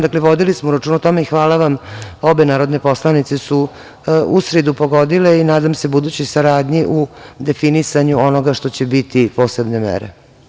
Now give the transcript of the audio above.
Dakle, vodili smo računa o tome i hvala vam, obe narodne poslanice su pogodile i nadam se budućoj saradnji u definisanju onoga što će biti posebne mere.